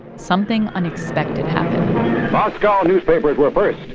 something unexpected happened moscow newspapers were first.